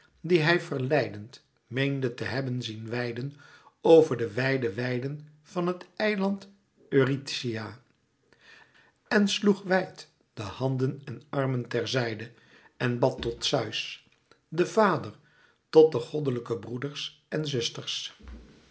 die hij verleidend meende te hebben zien weiden over de wijde weiden van het eiland eurythia en sloeg wijd de handen en armen ter zijde en bad tot zeus den vader tot de goddelijke broeders en zusters